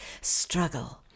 Struggle